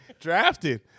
Drafted